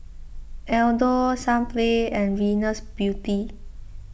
Aldo Sunplay and Venus Beauty